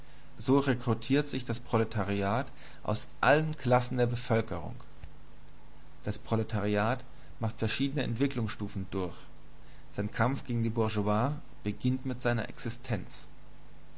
so rekrutiert sich das proletariat aus allen klassen der bevölkerung das proletariat macht verschiedene entwicklungsstufen durch sein kampf gegen die bourgeoisie beginnt mit seiner existenz